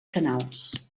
canals